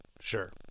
sure